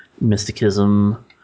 mysticism